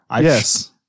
Yes